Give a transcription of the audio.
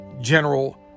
General